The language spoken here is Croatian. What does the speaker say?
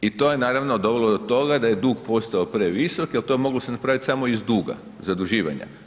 I to je naravno dovelo do toga da je dug postao previsok jer to se moglo napraviti samo iz duga, zaduživanja.